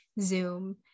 Zoom